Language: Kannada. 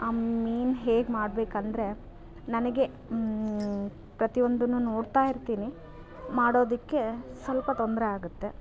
ಆ ಮೀನು ಹೇಗೆ ಮಾಡಬೇಕಂದ್ರೆ ನನಗೆ ಪ್ರತಿವೊಂದನ್ನು ನೋಡ್ತಾ ಇರ್ತೀನಿ ಮಾಡೋದಕ್ಕೆ ಸ್ವಲ್ಪ ತೊಂದರೆ ಆಗುತ್ತೆ